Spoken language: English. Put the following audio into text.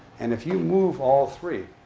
and if you move all three,